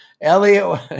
Elliot